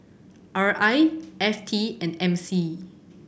R I F T and M C